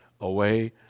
away